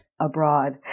abroad